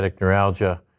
neuralgia